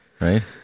right